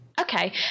Okay